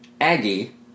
Aggie